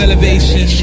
Elevation